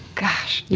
gosh. yeah